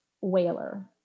whaler